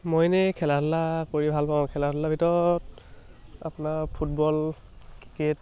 মই এনেই খেলা ধূলা কৰি ভাল পাওঁ খেলা ধূলাৰ ভিতৰত আপোনাৰ ফুটবল ক্ৰিকেট